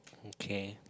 okay